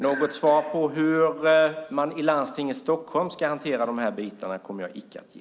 Något svar på hur man i landstinget i Stockholm ska hantera de här bitarna kommer jag icke att ge.